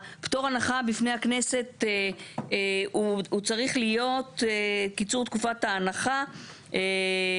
הפטור הנחה בפני הכנסת הוא צריך להיות קיצור תקופת ההנחה של